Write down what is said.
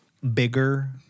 bigger